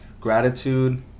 gratitude